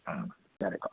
ꯎꯝ ꯌꯥꯔꯦꯀꯣ ꯎꯝ